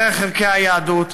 דרך ערכי היהדות,